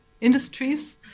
industries